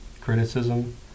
criticism